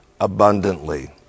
abundantly